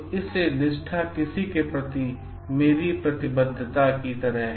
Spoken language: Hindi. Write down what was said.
इसलिए निष्ठा किसी के प्रति मेरी प्रतिबद्धता की तरह है